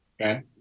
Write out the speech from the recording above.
Okay